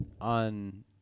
on